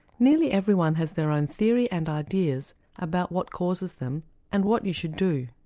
nearly everyone has their own theory and ideas about what causes them and what you should do.